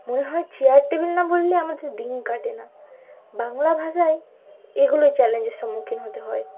মনে হয় chair table না বললে আমাদের দিন কাটে না বাংলা ভাষায় এগুলো চ্যালেঞ্জের সম্মুখীন হতে হয়